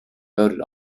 voted